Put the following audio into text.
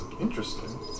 Interesting